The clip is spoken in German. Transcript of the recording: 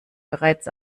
bereits